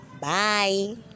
Bye